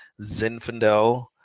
zinfandel